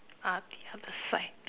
are the other side